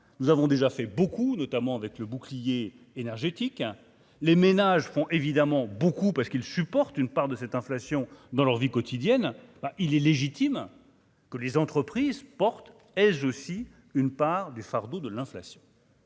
nous avons déjà fait beaucoup, notamment avec le bouclier énergétique hein les ménages font évidemment beaucoup parce qu'ils supportent une part de cette inflation dans leur vie quotidienne, bah, il est légitime que les entreprises portent elles aussi une part du fardeau de l'inflation.